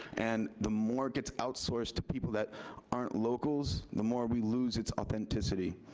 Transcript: and the more gets outsourced to people that aren't locals, the more we lose its authenticity.